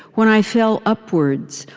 when i fell upwards,